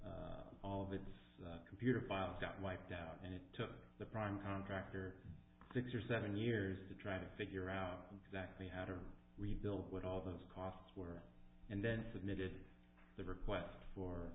all of its computer files got wiped out and it took the prime contractor six or seven years to try to figure out exactly how to rebuild with all those costs were and then submitted the request for